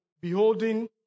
beholding